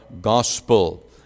gospel